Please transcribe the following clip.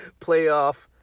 Playoff